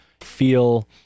feel